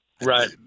Right